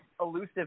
elusive